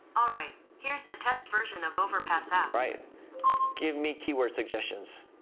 ah right here's the test version of overpass that right give me keyword suggestions